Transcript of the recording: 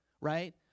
right